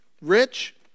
rich